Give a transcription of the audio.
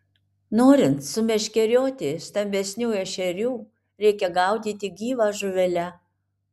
norint sumeškerioti stambesnių ešerių reikia gaudyti gyva žuvele